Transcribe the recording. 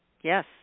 Yes